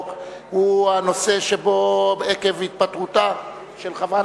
הוא הנושא שעקב התפטרותה של חברת הכנסת,